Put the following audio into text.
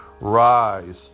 rise